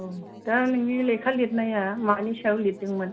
दा नोंनि लेखा लिरनाया मानि सायाव लिरदोंमोन